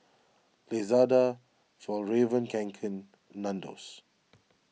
Lazada Fjallraven Kanken Nandos